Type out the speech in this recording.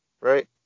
right